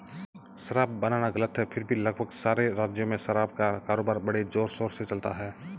शराब बनाना गलत है फिर भी लगभग सारे राज्यों में शराब का कारोबार बड़े जोरशोर से चलता है